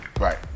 Right